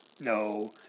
No